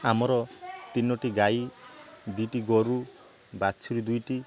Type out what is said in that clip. ଆମର ତିନୋଟି ଗାଈ ଦୁଇଟି ଗୋରୁ ବାଛୁରୀ ଦୁଇଟି